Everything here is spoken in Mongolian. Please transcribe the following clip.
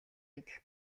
идэх